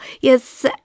Yes